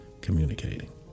communicating